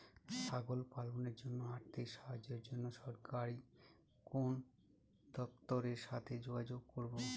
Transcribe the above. ছাগল পালনের জন্য আর্থিক সাহায্যের জন্য সরকারি কোন দপ্তরের সাথে যোগাযোগ করব?